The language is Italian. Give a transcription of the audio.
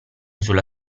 sulla